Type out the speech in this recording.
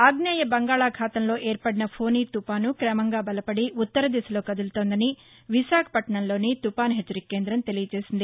ఆగ్నేయ బంగాళాఖాతంలో ఏర్పడిన ఫొని తుపాను కమంగా బలపడి ఉత్తర దిశలో కదులుతోందని విశాఖపట్టణంలోని తుపాను హెచ్చరిక కేంద్రం తెలియజేసింది